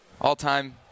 all-time